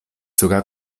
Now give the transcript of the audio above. sogar